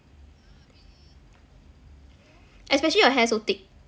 especially your hair so thick